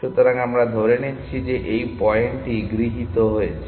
সুতরাং আমি ধরে নিচ্ছি যে এই পয়েন্টটি গৃহীত হয়েছে